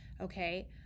okay